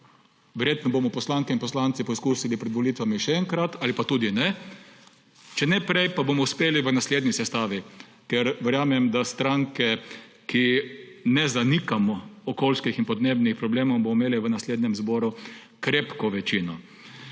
Verjetno bomo poslanke in poslanci poskusili pred volitvami še enkrat ali pa tudi ne. Če ne prej, pa bomo uspeli v naslednji sestavi, ker verjamem, da bomo stranke, ki ne zanikamo okoljskih in podnebnih problemov, imele v naslednjem zboru krepko večino.